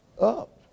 up